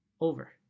Over